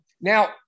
Now